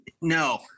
no